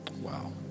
Wow